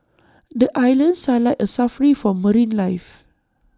the islands are like A Safari for marine life